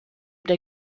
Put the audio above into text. der